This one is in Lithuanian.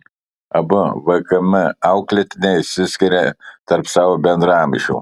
abu vkm auklėtiniai išsiskiria tarp savo bendraamžių